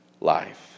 life